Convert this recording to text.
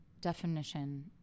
definition